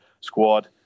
squad